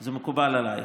זה מקובל עלייך.